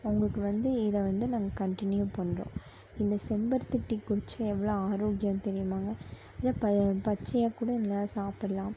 அவங்களுக்கு வந்து இதை வந்து நாங்கள் கண்டினியூ பண்ணுறோம் இந்த செம்பருத்தி டீ குடித்தா எவ்வளோ ஆரோக்கியம் தெரியுமாங்க இல்லை ப பச்சையாக கூட எல்லோரும் சாப்பிட்லாம்